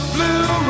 Blue